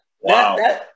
Wow